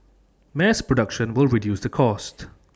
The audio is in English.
mass production will reduce the cost